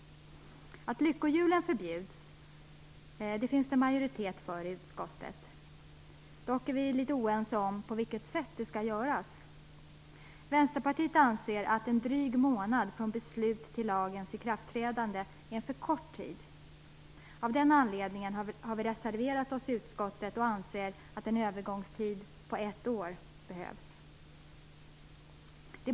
Det finns en majoritet i utskottet för att lyckohjulen förbjuds. Dock är vi litet oense om på vilket sätt det skall göras. Vänsterpartiet anser att en dryg månad från beslut till lagens ikraftträdande är en alltför kort tid. Av den anledningen har vi reserverat oss i utskottet, och vi anser att en övergångstid på ett år behövs.